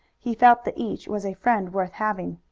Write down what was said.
he felt that each was a friend worth having.